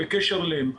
בקשר אליהם.